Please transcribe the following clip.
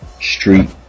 street